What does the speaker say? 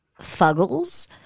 fuggles